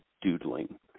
doodling